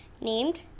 named